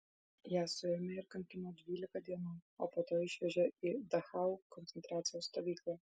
ją suėmė ir kankino dvylika dienų o po to išvežė į dachau koncentracijos stovyklą